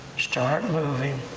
start moving,